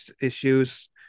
issues